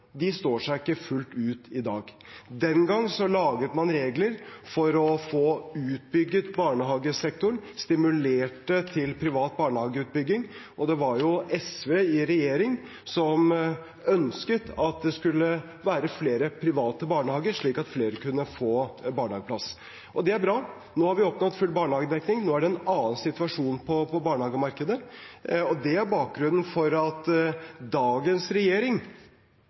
ikke står seg fullt ut i dag. Den gang laget man regler for å få utbygget barnehagesektoren og stimulerte til privat barnehageutbygging. Det var jo SV i regjering som ønsket at det skulle være flere private barnehager, slik at flere kunne få barnehageplass. Og det er bra. Nå har vi oppnådd full barnehagedekning. Nå er det en annen situasjon på barnehagemarkedet. Det er bakgrunnen for at dagens regjering